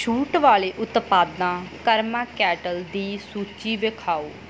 ਛੂਟ ਵਾਲੇ ਉਤਪਾਦਾਂ ਕਰਮਾ ਕੇਟਲ ਦੀ ਸੂਚੀ ਦਿਖਾਓ